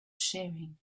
sharing